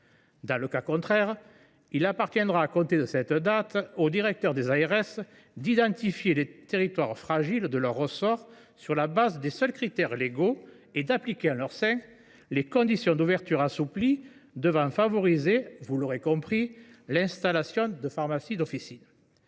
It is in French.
Dans le cas contraire, il appartiendra aux directeurs des ARS, à compter de cette date, d’identifier les territoires fragiles de leur ressort, sur la base des seuls critères légaux, et d’appliquer en leur sein les conditions d’ouverture assouplies devant favoriser, vous l’aurez compris, l’installation de pharmacies d’officine.